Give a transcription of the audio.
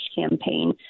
campaign